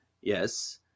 yes